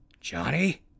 Johnny